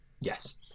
Yes